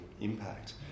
impact